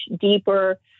deeper